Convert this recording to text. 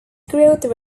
growth